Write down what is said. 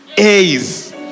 A's